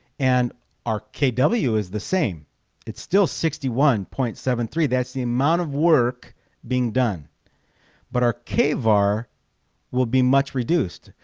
and our kw is the same it's still sixty one point seven three, that's the amount of work being done but our kvar will be much reduced.